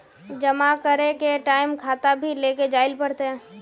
जमा करे के टाइम खाता भी लेके जाइल पड़ते?